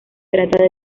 trata